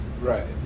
Right